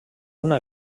una